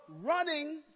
running